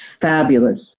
fabulous